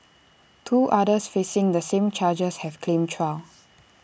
two others facing the same charges have claimed trial